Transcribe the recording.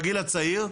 בגיל הצעיר,